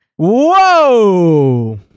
Whoa